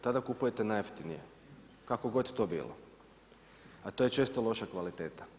Tada kupujete najjeftinije kako god to bilo, a to je često loša kvaliteta.